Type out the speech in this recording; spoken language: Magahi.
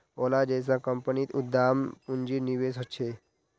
ओला जैसा कम्पनीत उद्दाम पून्जिर निवेश होछे